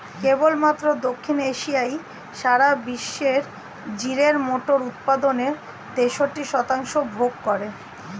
কেবলমাত্র দক্ষিণ এশিয়াই সারা বিশ্বের জিরের মোট উৎপাদনের তেষট্টি শতাংশ ভোগ করে